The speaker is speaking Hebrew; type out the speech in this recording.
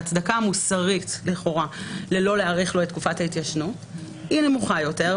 ההצדקה המוסרית לכאורה לא להאריך לו את תקופת ההתיישנות היא נמוכה יותר,